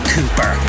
Cooper